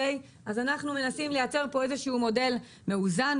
אנחנו מנסים לייצר פה איזה שהוא מודל מאוזן,